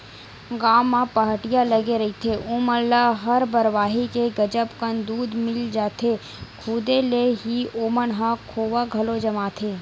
गाँव म पहाटिया लगे रहिथे ओमन ल हर बरवाही के गजब कन दूद मिल जाथे, खुदे ले ही ओमन ह खोवा घलो जमाथे